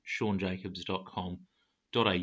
seanjacobs.com.au